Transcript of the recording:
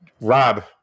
Rob